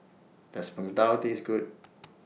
Does Png Tao Taste Good